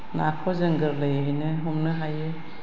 नाखौ जों गोरलैयैनो हमनो हायो